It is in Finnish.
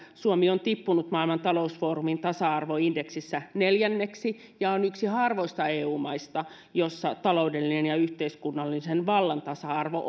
suomi on tippunut maailman talousfoorumin tasa arvoindeksissä neljänneksi ja on yksi harvoista eu maista joissa taloudellisen ja yhteiskunnallisen vallan tasa arvo